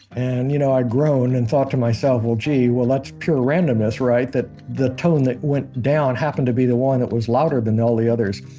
and, you know, i groaned and thought to myself, well, gee. well that's pure randomness, right? that the tone that went down, happened to be the one that was louder than all the others.